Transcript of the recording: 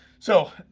so,